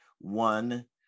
One